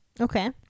Okay